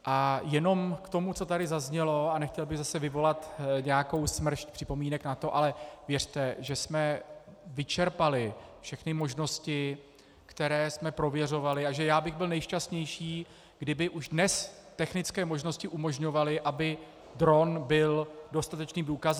A jenom k tomu, co tady zaznělo, a nechtěl bych zase vyvolat nějakou smršť připomínek na to, ale věřte, že jsme vyčerpali všechny možnosti, které jsme prověřovali, a že já bych byl nejšťastnější, kdyby už dnes technické možnosti umožňovaly, aby dron byl dostatečným důkazem.